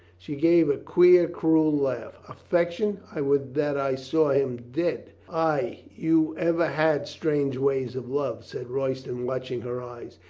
she gave a queer, cruel laugh. affection? i would that i saw him dead. ay, you ever had strange ways of love, said royston, watching her eyes.